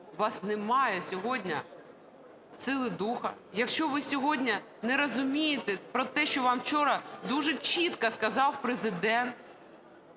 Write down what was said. у вас немає сьогодні сили духу, якщо ви сьогодні не розумієте про те, що вам вчора дуже чітко сказав Президент,